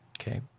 Okay